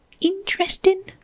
interesting